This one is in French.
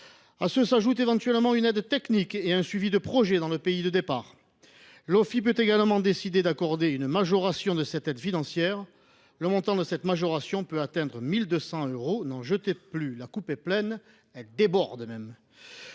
À cela s’ajoutent éventuellement une aide technique et un suivi de projet dans le pays de départ. L’Ofii peut également décider d’accorder une majoration de cette aide financière, dont le montant peut atteindre 1 200 euros. N’en jetez plus, la coupe est pleine ! Elle déborde, même…